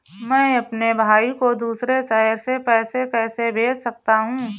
मैं अपने भाई को दूसरे शहर से पैसे कैसे भेज सकता हूँ?